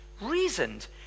reasoned